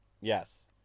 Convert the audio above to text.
Yes